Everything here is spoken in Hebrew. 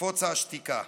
נפוצה / השתיקה.